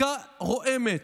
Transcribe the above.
שתיקה רועמת.